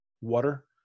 water